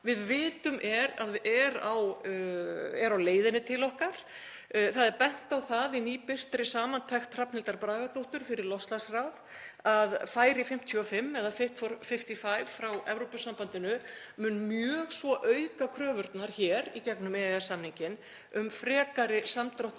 við vitum er á leiðinni til okkar? Það er bent á það í nýbirtri samantekt Hrafnhildar Bragadóttur fyrir loftslagsráð að „Fær í 55“ eða „Fit for 55“ frá Evrópusambandinu mun mjög svo auka kröfurnar hér í gegnum EES-samninginn um frekari samdrátt